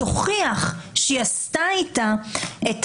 היא עשתה איתה את